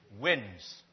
wins